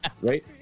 Right